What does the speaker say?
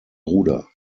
bruder